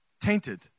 tainted